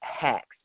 hacks